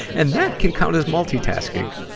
and that can count as multitasking,